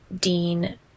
Dean